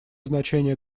значение